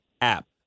app